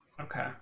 Okay